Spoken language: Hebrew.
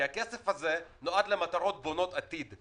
כי הכסף הזה נועד למטרות בונות עתיד.